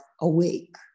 awake